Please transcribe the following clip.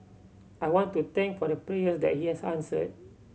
I want to thank for the prayers that he has answered